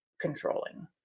controlling